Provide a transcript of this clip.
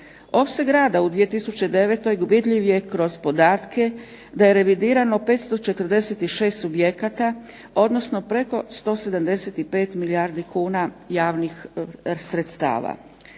Opseg rada u 2009. vidljiv je kroz podatke da je revidirano 546 subjekata, odnosno preko 175 milijardi kuna javnih sredstava.